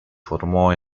formó